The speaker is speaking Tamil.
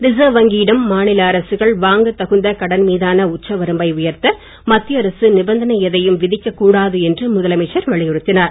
ரிசர்வ் வங்கியிடம் மாநில அரசுகள் வாங்கத் தகுந்த கடன் மீதான உச்ச வரம்பை உயர்த்த மத்திய அரசு நிபந்தனை எதையும் விதிக்க கூடாது என்று முதலமைச்சர் வலியுறுத்தினார்